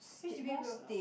H_D_B will not